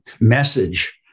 message